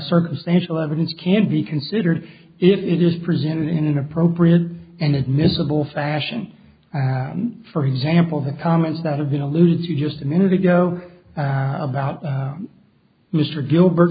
circumstantial evidence can be considered if it is presented in an appropriate and admissible fashion for example the comments that have been alluded you just a minute ago about mr gilbert